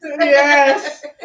Yes